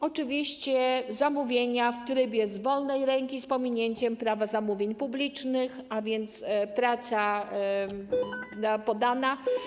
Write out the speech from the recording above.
Oczywiście zamówienia w trybie z wolnej ręki z pominięciem Prawa zamówień publicznych, a więc praca podana.